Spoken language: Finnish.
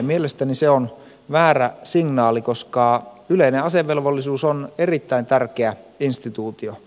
mielestäni se on väärä signaali koska yleinen asevelvollisuus on erittäin tärkeä instituutio